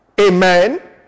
Amen